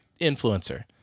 influencer